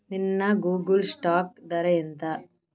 నిన్న Google stock ధర ఎంత